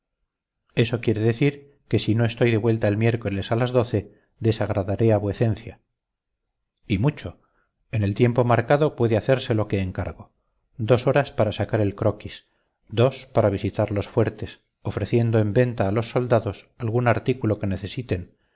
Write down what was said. eso quiere decir que si no estoy de vuelta el miércoles a las doce desagradaré a vuecencia y mucho en el tiempo marcado puede hacerse lo que encargo dos horas para sacar el croquis dos para visitar los fuertes ofreciendo en venta a los soldados algún artículo que necesiten